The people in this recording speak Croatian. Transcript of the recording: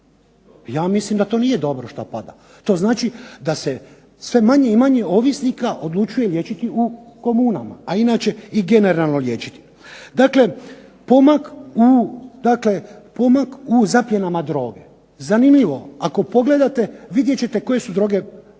ja mislim da to nije dobro što opada. To znači da se sve manje i manje ovisnika odlučuje liječiti u komunama, a inače i generalno liječiti. Pomak u zapljenama droge. Zanimljivo ako pogledate vidjet ćete koje su droge